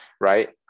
right